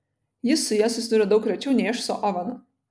jis su ja susidūrė daug rečiau nei aš su ovenu